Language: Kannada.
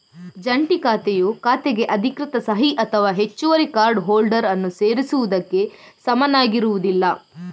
ಜಂಟಿ ಖಾತೆಯು ಖಾತೆಗೆ ಅಧಿಕೃತ ಸಹಿ ಅಥವಾ ಹೆಚ್ಚುವರಿ ಕಾರ್ಡ್ ಹೋಲ್ಡರ್ ಅನ್ನು ಸೇರಿಸುವುದಕ್ಕೆ ಸಮನಾಗಿರುವುದಿಲ್ಲ